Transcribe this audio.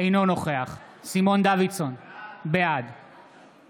אינו נוכח סימון דוידסון, בעד